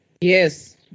Yes